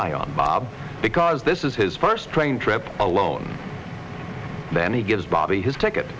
eye on bob because this is his first train trip alone then he gives bobby his ticket